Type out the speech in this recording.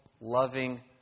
loving